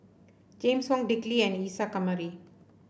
James Wong Dick Lee and Isa Kamari